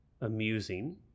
amusing